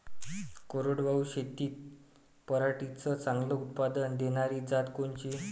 कोरडवाहू शेतीत पराटीचं चांगलं उत्पादन देनारी जात कोनची?